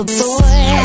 boy